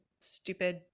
stupid